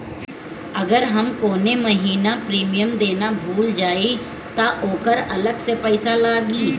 अगर हम कौने महीने प्रीमियम देना भूल जाई त ओकर अलग से पईसा लागी?